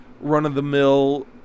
run-of-the-mill